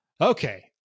Okay